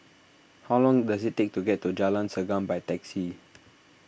how long does it take to get to Jalan Segam by taxi